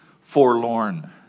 forlorn